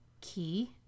Key